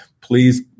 please